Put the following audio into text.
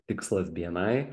tikslas bni